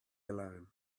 alone